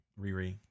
Riri